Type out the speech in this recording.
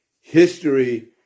history